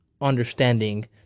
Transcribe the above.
understanding